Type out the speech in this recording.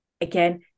Again